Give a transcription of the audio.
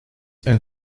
and